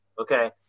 Okay